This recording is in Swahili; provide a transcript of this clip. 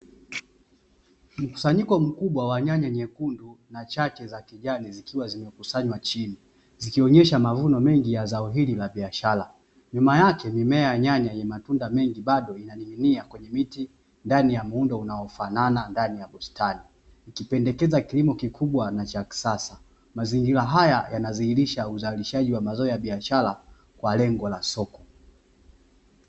Mkusanyiko mkubwa wa nyanya nyekundu na chache za kijani zikiwa zimekusanywa chini, zikionyesha mavuno mengi ya zao hili la biashara. Nyuma yake mimea ya nyanya yenye matunda mengi bado inaning'inia kwenye miti, ndani ya muundo unaofanana ndani ya bustani; ikipendekeza kilimo kikubwa na cha kisasa. Mazingira haya yanadhihirisha uzalishaji wa mazao ya biashara kwa lengo la soko.